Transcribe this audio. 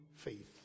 faith